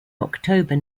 october